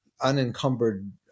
unencumbered